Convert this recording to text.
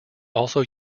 also